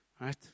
Right